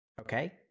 Okay